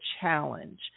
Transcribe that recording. Challenge